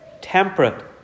temperate